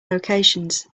locations